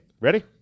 Ready